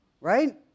right